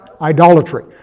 Idolatry